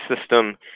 system